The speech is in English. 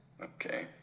Okay